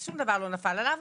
אז שום דבר לא נפל עליו,